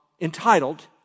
entitled